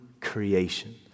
creation